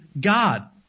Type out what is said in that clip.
God